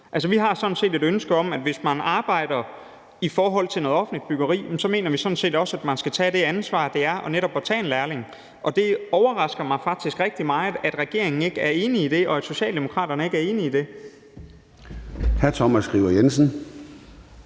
de har eksterne leverandører. Altså, hvis man arbejder med offentligt byggeri, mener vi sådan set også, man skal tage det ansvar, det er netop at tage en lærling. Og det overrasker mig faktisk rigtig meget, at regeringen ikke er enig i det, og at Socialdemokraterne ikke er enige i det. Kl. 13:50 Formanden